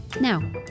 now